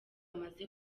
amaze